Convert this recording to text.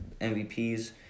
MVPs